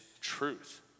truth